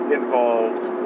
involved